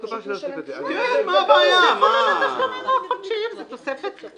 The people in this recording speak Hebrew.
מי בעד סעיף קטן (ג) עם התוספת?